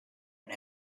and